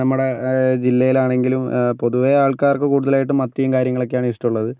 നമ്മുടെ ജില്ലയിലാണെങ്കിലും പൊതുവേ ആൾക്കാർക്ക് കൂടുതലും മത്തിയും കാര്യങ്ങളൊക്കെയാണ് ഇഷ്ടമുള്ളത്